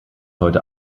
heute